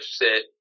sit